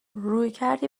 رویکردی